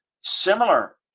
Similar